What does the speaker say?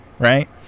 Right